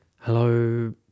Hello